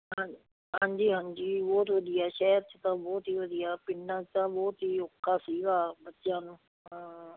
ਹਾਂ ਹਾਂਜੀ ਹਾਂਜੀ ਬਹੁਤ ਵਧੀਆ ਸ਼ਹਿਰ 'ਚ ਤਾਂ ਬਹੁਤ ਹੀ ਵਧੀਆ ਪਿੰਡਾਂ 'ਚ ਤਾਂ ਬਹੁਤ ਹੀ ਔਖਾ ਸੀਗਾ ਬੱਚਿਆਂ ਨੂੰ ਹਾਂ